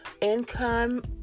income